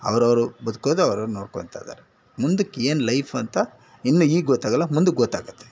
ಅವರು ಅವರು ಬದುಕೋದು ಅವರು ಅವರು ನೋಡ್ಕೋಳ್ತಾ ಇದ್ದಾರೆ ಮುಂದಕ್ಕೆ ಏನು ಲೈಫ್ ಅಂತ ಇನ್ನೂ ಈಗ ಗೊತ್ತಾಗೋಲ್ಲ ಮುಂದಕ್ಕೆ ಗೊತ್ತಾಗುತ್ತೆ